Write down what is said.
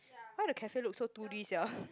why the cafe look so two-D sia